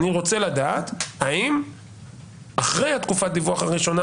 אני רוצה לדעת: האם אחרי תקופת הדיווח הראשונה,